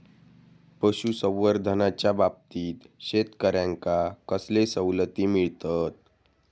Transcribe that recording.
पशुसंवर्धनाच्याबाबतीत शेतकऱ्यांका कसले सवलती मिळतत?